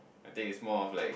I think it's more of like